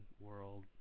world